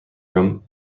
room